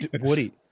Woody